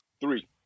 Three